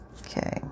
Okay